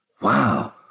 wow